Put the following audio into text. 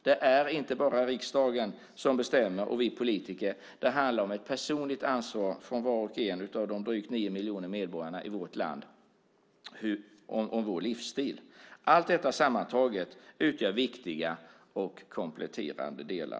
Det är inte bara riksdagen och vi politiker som bestämmer, utan det handlar om ett personligt ansvar för var och en av de drygt 9 miljoner medborgarna i vårt land för vår livsstil. Allt detta sammantaget utgör viktiga och kompletterande delar.